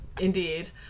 indeed